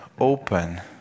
open